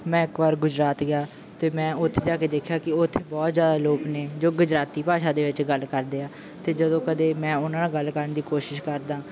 ਮੈਂ ਇੱਕ ਵਾਰ ਗੁਜਰਾਤ ਗਿਆ ਅਤੇ ਮੈਂ ਉੱਥੇ ਜਾ ਕੇ ਦੇਖਿਆ ਕਿ ਉੱਥੇ ਬਹੁਤ ਜ਼ਿਆਦਾ ਲੋਕ ਨੇ ਜੋ ਗੁਜਰਾਤੀ ਭਾਸ਼ਾ ਦੇ ਵਿੱਚ ਗੱਲ ਕਰਦੇ ਆ ਅਤੇ ਜਦੋਂ ਕਦੇ ਮੈਂ ਉਹਨਾਂ ਨਾਲ ਗੱਲ ਕਰਨ ਦੀ ਕੋਸ਼ਿਸ਼ ਕਰਦਾ